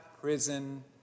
prison